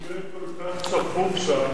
אם כל כך צפוף שם,